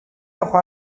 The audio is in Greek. έχω